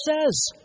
says